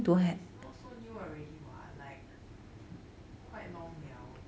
but it's not so new already what like quite long liao